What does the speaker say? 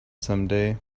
someday